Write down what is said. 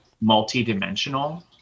multi-dimensional